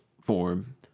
form